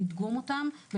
לדגום אותם,